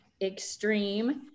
extreme